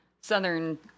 southern